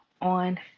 on